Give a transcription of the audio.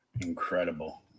incredible